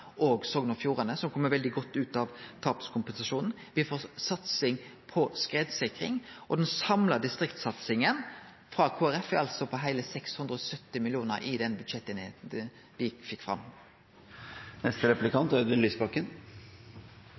og Sogn og Fjordane som kjem veldig godt ut av tapskompensasjonen. Me får satsing på skredsikring. Den samla distriktssatsinga frå Kristeleg Folkeparti er på heile 670 mill. kr i den budsjetteinigheita me fekk fram. La meg si med en gang at det er